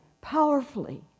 powerfully